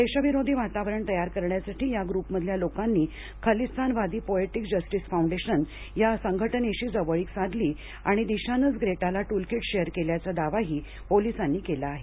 देशविरोधी वातावरण तयार करण्यासाठी या ग्रुपमधल्या लोकांनी खलिस्तानवादी पोएटिक जस्टीस फौंडेशन या संघटनेशी जवळीक साधली आणि दिशा हिनंच ग्रेटाला टूलकीट शेअर केल्याचा दावाही पोलिसांनी केला आहे